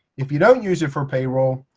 if you don't use it for payroll,